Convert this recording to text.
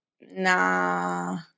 nah